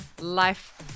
Life